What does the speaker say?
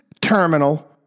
terminal